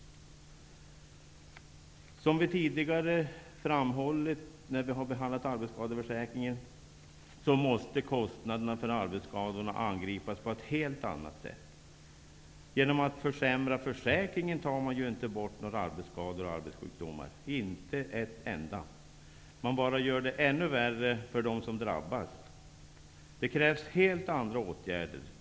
Som vi framhållit vid tidigare behandling av arbetsskadeförsäkringen måste kostnaderna för arbetsskadorna angripas på ett helt annat sätt. Genom att försämra försäkringen tar man ju inte bort några arbetsskador och arbetssjukdomar -- inte en enda. Man gör det bara ännu värre för dem som drabbas. Det krävs helt andra åtgärder.